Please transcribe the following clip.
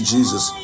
Jesus